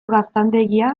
gaztandegia